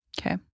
Okay